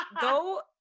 go